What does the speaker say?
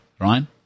Ryan